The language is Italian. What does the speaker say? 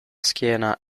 schiena